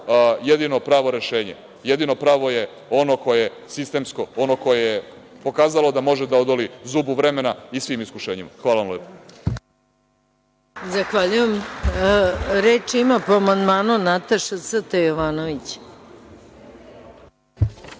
jedino pravo rešenje. Jedino pravo je ono koje je sistemsko, ono koje je pokazalo da može da odoli zubu vremena i svim iskušenjima. Hvala vam lepo.